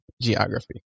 geography